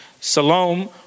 Salome